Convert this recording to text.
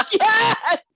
yes